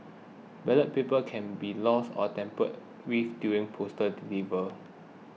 ballot papers can be lost or tampered with during postal delivery